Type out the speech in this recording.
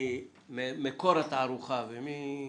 מי מקור התערוכה ומי